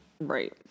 Right